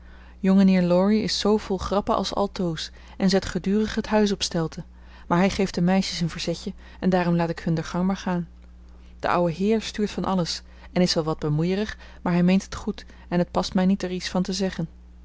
laurie is zoo vol grappen als altoos en zet gedurig het huis op stelte maar hij geeft de meisjes een verzetje en daarom laat ik hun der gang maar gaan de ouwe heer stuurt van alles en is wel wat bemoeierig maar hij meent het goed en het past mij niet er ies van te zegge